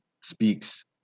speaks